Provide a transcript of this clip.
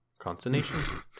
consonation